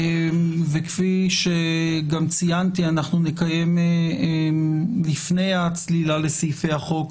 וכפי שגם ציינתי אנחנו נקיים לפני הצלילה לסעיפי החוק,